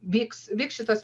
vyks vyks šitas